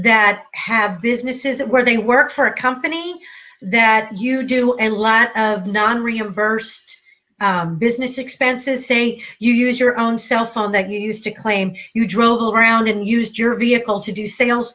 that have businesses where they work for a company that you do and lot of non reimbursed business expenses say you use your own cellphone that you used to claim you drill around and used your vehicle to do sales